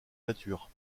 nature